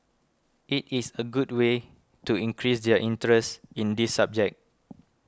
it is a good way to increase their interest in this subject